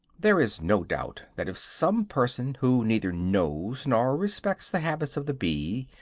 there is no doubt that if some person, who neither knows nor respects the habits of the bee,